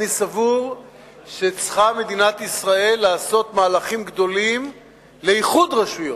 אני סבור שמדינת ישראל צריכה לעשות מהלכים גדולים לאיחוד רשויות,